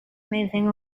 moving